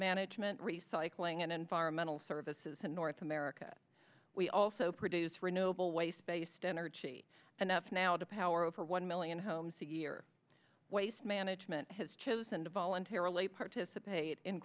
management recycling and environmental services in north america we also produce renewable waste based energy and up now to power over one million homes a year waste management has chosen to voluntarily participate in